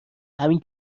همین